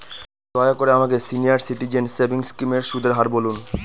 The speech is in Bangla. দয়া করে আমাকে সিনিয়র সিটিজেন সেভিংস স্কিমের সুদের হার বলুন